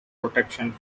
protection